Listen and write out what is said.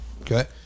okay